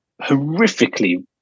horrifically